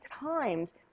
times